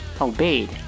obeyed